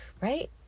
right